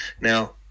Now